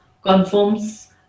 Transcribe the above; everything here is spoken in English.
Confirms